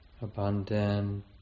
abundant